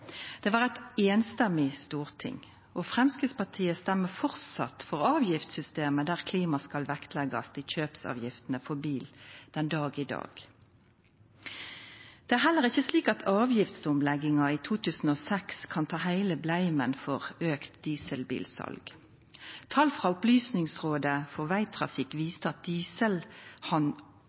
Det var eit samrøystes storting, og Framstegspartiet røyster framleis for avgiftssystemet der klimaet skal bli vektlagt i kjøpsavgiftene for bil den dag i dag. Det er heller ikkje slik at avgiftsomlegginga i 2006 kan ta hele skulda for auka dieselbilsal. Tal frå Opplysningsrådet for Veitrafikken viste at